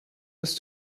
ist